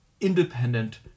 independent